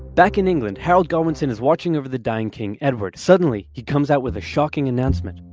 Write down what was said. back in england, harold godwinson is watching over the dying king edward. suddenly, he comes out with a shocking announcement.